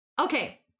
Okay